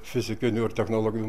fizikinių ir technologinių